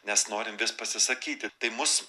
nes norim vis pasisakyti tai mus